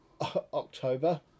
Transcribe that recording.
October